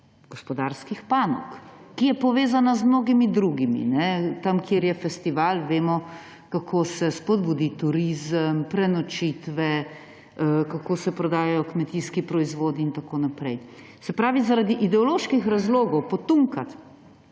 gospodarskih panog, ki je povezana z mnogimi drugimi. Tam, kjer je festival, vemo, kako se spodbudi turizem, prenočitve, kako se prodajajo kmetijski proizvodi in tako naprej. Se pravi, zaradi ideoloških razlogov potunkati